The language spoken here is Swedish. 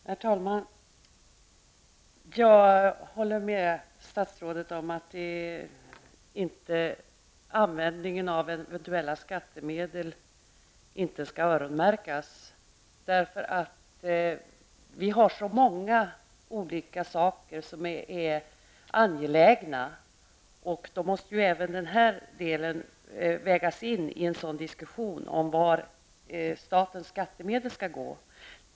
Herr talman! Jag håller med statsrådet om skattemedel inte skall öronmärkas. Så många olika saker är angelägna, och därför måste även den här delen vägas in i en diskussion om vart statens skattemedel skall gå.